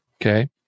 okay